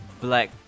Black